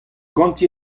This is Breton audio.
ganti